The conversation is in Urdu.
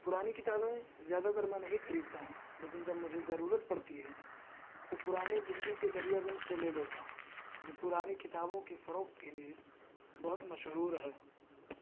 پرانی کتابیں زیادہ تر میں نہیں خریدتا ہوں لیکن جب مجھے ضرورت پڑتی ہے تو پرانی دلی کے دریا گنج سے لے لیتا ہوں جو پرانی کتابوں کی فروخت کے لیے بہت مشہور ہے